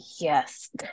Yes